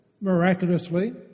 miraculously